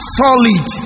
solid